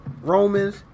Romans